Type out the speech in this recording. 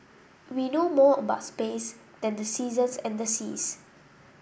we know more about space than the seasons and the seas